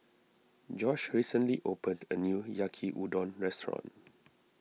Josh recently opened a new Yaki Udon restaurant